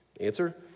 Answer